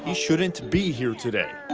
and shouldn't be here today.